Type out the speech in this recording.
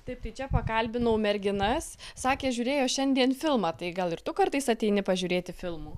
taip tai čia pakalbinau merginas sakė žiūrėjo šiandien filmą tai gal ir tu kartais ateini pažiūrėti filmų